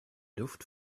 duft